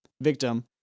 victim